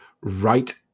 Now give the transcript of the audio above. right